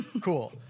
cool